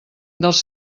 dels